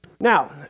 Now